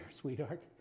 sweetheart